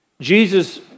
Jesus